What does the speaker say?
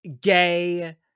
gay